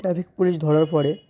traffic police ধরার পরে